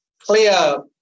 clear